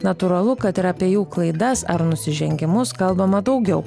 natūralu kad ir apie jų klaidas ar nusižengimus kalbama daugiau